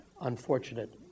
unfortunate